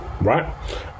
right